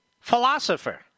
philosopher